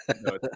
no